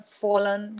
fallen